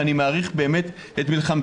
ואני מעריך את מלחמתכם,